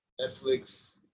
netflix